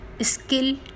skill